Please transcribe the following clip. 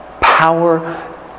Power